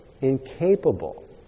incapable